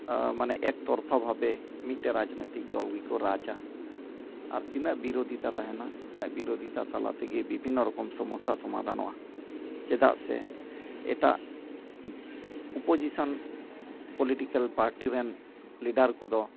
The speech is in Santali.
ᱢᱟᱱᱮ ᱮᱠ ᱛᱚᱨᱯᱷᱟ ᱵᱷᱟᱵᱮ ᱢᱤᱫᱴᱮᱡ ᱨᱟᱡᱽᱱᱳᱭᱛᱤᱠ ᱫᱚᱞ ᱠᱚᱜᱮ ᱠᱚ ᱨᱟᱡᱟ ᱟᱨ ᱛᱤᱱᱟᱹᱜ ᱵᱤᱨᱳᱫᱷᱤᱛᱟ ᱛᱟᱦᱮᱱᱟ ᱤᱱᱟᱹᱜ ᱵᱤᱨᱳᱫᱷᱤᱛᱟ ᱛᱟᱞᱟ ᱛᱮᱜᱮ ᱵᱤᱵᱷᱤᱱᱱᱚ ᱨᱚᱠᱚᱢ ᱥᱚᱢᱚᱥᱥᱟ ᱥᱚᱢᱟᱫᱷᱟᱱᱚᱜᱼᱟ ᱪᱮᱫᱟᱜ ᱥᱮ ᱮᱴᱟᱜ ᱯᱚᱡᱤᱥᱚᱱ ᱯᱚᱞᱤᱴᱤᱠᱮᱞ ᱯᱟᱨᱴᱤᱨᱮᱱ ᱞᱤᱰᱟᱨ ᱠᱚᱫᱚ